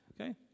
Okay